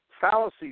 fallacy